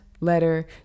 letter